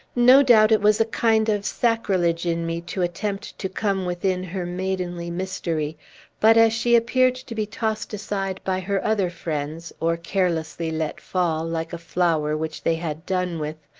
no doubt it was a kind of sacrilege in me to attempt to come within her maidenly mystery but, as she appeared to be tossed aside by her other friends, or carelessly let fall, like a flower which they had done with,